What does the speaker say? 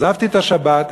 עזבתי את השבת,